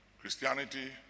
Christianity